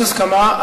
יש הסכמה.